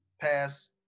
pass